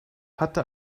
hatte